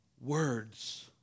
Words